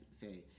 say